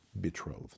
betrothed